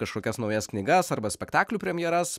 kažkokias naujas knygas arba spektaklių premjeras